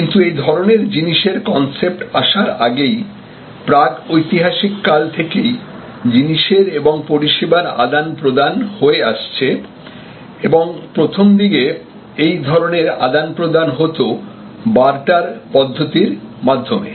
কিন্তু এই ধরনের জিনিসের কনসেপ্ট আসার আগেই প্রাগৈতিহাসিক কাল থেকেই জিনিসের এবং পরিষেবার আদান প্রদান হয়ে আসছে এবং প্রথমদিকে এই ধরনের আদান প্রদান হত বার্টার পদ্ধতির মাধ্যমে